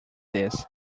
this